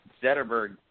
Zetterberg